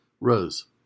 Rose